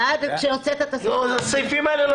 בעד שהוצאת את הסעיפים האלה.